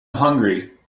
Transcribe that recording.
hungry